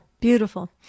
Beautiful